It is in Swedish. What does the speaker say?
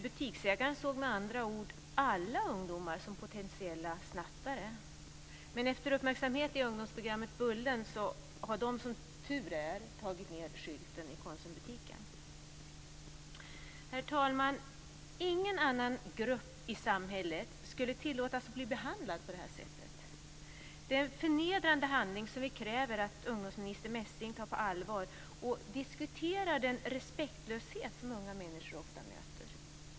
Butiksägaren såg med andra ord alla ungdomar som potentiella snattare. Efter uppmärksamhet i ungdomsprogrammet Bullen har man som tur är tagit ned skylten i Konsumbutiken. Herr talman! Ingen annan grupp i samhället skulle tillåta att bli behandlad på det här sättet. Det är en förnedrande behandling. Vi kräver att ungdomsminister Messing tar detta på allvar och diskuterar den respektlöshet som unga människor ofta möter.